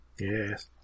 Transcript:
Yes